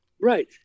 Right